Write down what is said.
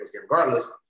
regardless